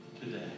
today